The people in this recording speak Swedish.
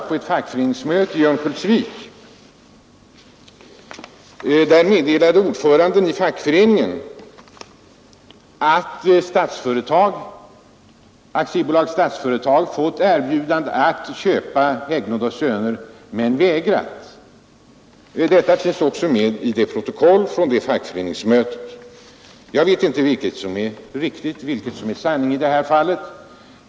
På ett fackföreningsmöte i Örnsköldsvik meddelade ordföranden i fackföreningen att Statsföretag AB fått erbjudande att köpa Hägglund & Söner, men inte accepterat det. Detta finns också intaget i protokollet från fackföreningsmötet. Jag vet inte vad som är sanning i det här fallet.